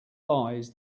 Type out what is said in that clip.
lies